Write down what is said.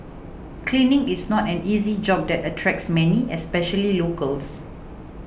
cleaning is not an easy job that attracts many especially locals